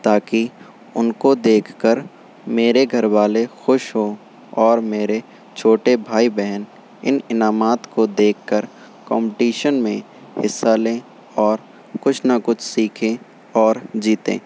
تاکہ ان کو دیکھ کر میرے گھر والے خوش ہوں اور میرے چھوٹے بھائی بہن ان انعامات کو دیکھ کر کمپٹیشن میں حصہ لیں اور کچھ نہ کچھ سیکھیں اور جیتیں